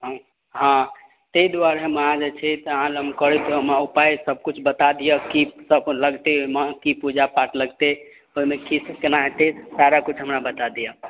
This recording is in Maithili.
हँ हँ तहि दुआरे हम अहाँ जे छै अहाँ लग करैत उपाय सब किछु बता दिअ की सब लगतै ओहिमे की पूजा पाठ लगतै ओहिमे कीसब केना होयतै सारा किछु हमरा बता दिअ